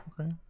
Okay